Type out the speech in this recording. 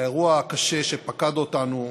לאירוע הקשה שפקד אותנו